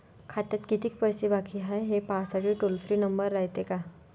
खात्यात कितीक पैसे बाकी हाय, हे पाहासाठी टोल फ्री नंबर रायते का?